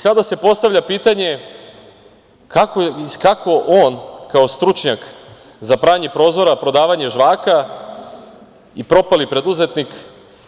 Sada se postavlja pitanje kako on kao stručnjak za pranje prozora, prodavanje žvaka i propali preduzetnik